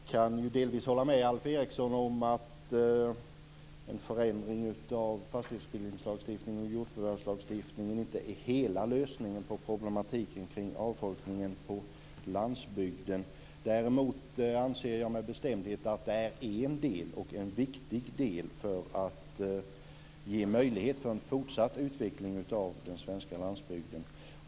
Herr talman! Jag kan delvis hålla med Alf Eriksson om att en förändring av fastighetsbildningslagstiftningen och jordförvärvslagstiftningen inte är hela lösningen på problematiken kring avfolkningen på landsbygden. Däremot anser jag med bestämdhet att det är en viktig del för att ge möjlighet till en fortsatt utveckling av den svenska landsbygden.